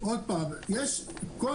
שוב